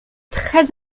très